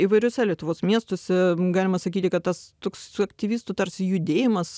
įvairiuose lietuvos miestuose galima sakyti kad tas toks aktyvistų tarsi judėjimas